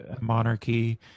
monarchy